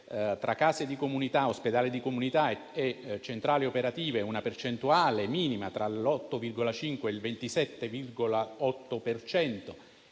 tra case di comunità, ospedali di comunità e centrali operative, una percentuale minima tra l'8,5 e il 27,8